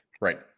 Right